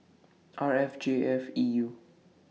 R F J five E U